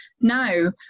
now